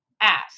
ask